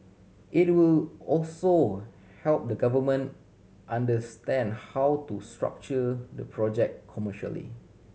it will also help the government understand how to structure the project commercially